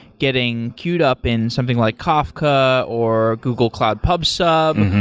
getting queued up in something like kafka, or google cloud pub sub.